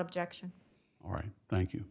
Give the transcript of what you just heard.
objection all right thank you